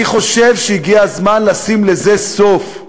אני חושב שהגיע הזמן לשים לזה סוף.